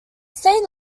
saint